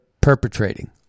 perpetrating